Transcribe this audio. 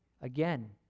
again